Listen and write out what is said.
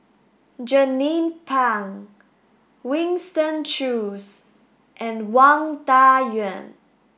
Jernnine Pang Winston Choos and Wang Dayuan